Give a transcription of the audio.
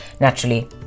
naturally